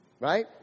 Right